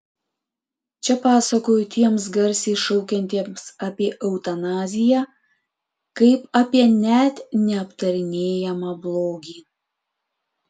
čia pasakoju tiems garsiai šaukiantiems apie eutanaziją kaip apie net neaptarinėjamą blogį